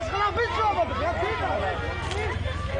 ומפגינים.